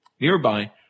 Nearby